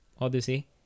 Odyssey